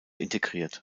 integriert